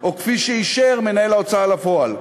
או כפי שאישר מנהל ההוצאה לפועל,